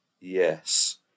Yes